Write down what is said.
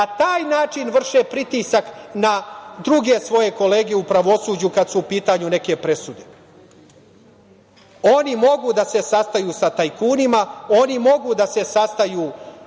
na taj način vrše pritisak na druge svoje kolege u pravosuđu, kad su u pitanju neke presude. Oni mogu da se sastaju sa tajkunima, oni mogu da se sastaju